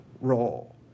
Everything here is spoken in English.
role